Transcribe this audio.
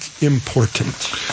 important